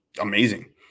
amazing